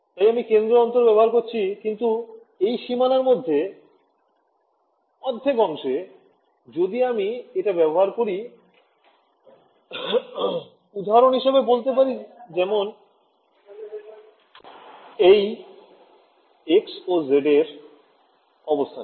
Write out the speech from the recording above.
তাই আমি কেন্দ্র দূরত্ব ব্যবহার করছি কিন্তু এই সীমানার মধ্যে অর্ধেক অংশে যদি আমি এটা ব্যবহার করি উদাহরণ হিসেবে বলতে পারি যেমন এই x ও z এর অবস্থানে